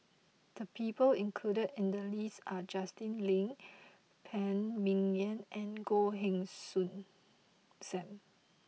the people included in the list are Justin Lean Phan Ming Yen and Goh Heng Soon Sam